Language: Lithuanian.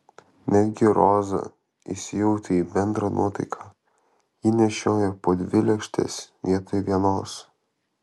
netgi roza įsijautė į bendrą nuotaiką ji nešiojo po dvi lėkštes vietoj vienos